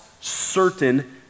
certain